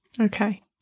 Okay